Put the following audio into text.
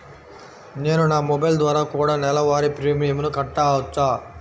నేను నా మొబైల్ ద్వారా కూడ నెల వారి ప్రీమియంను కట్టావచ్చా?